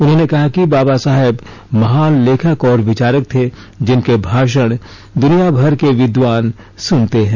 उन्होंने कहा कि बाबा साहेब महान लेखक और विचारक थे जिनके भाषण दुनियाभर के विद्वान सुनते हैं